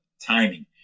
timing